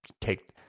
take